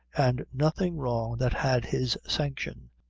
and nothing wrong that had his sanction,